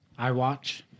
iWatch